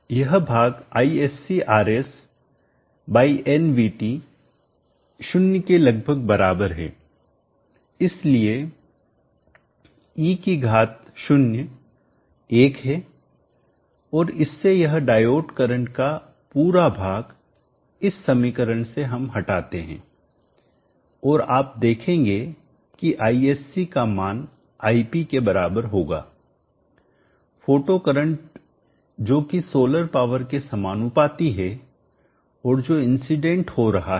यह भाग Isc Rs by nVT शुन्य के लगभग बराबर है इसलिए e की घात 01 है और इससे यह डायोड करंट का पूरा भाग इस समीकरण से हम हटाते हैं और आप देखेंगे कि Isc का मान Ip के बराबर होगा फोटो करंट जोकि सोलर पावर के समानुपाती है और जो इंसीडेंट हो रहा है